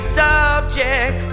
subject